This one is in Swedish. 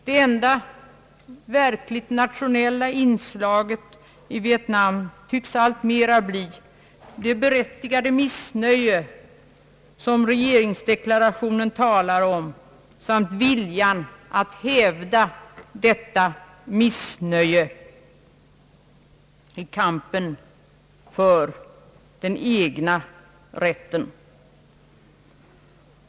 Det enda verkligt nationella inslaget i Vietnam tycks alltmera bli det berättigade missnöje, som regeringsdeklarationen talar om, och viljan att hävda detta missnöje i kampen för den egna rätten.